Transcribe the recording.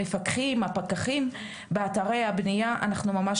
המפקחים, הפקחים באתרי הבניה, אנחנו ממש